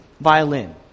violin